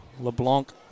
LeBlanc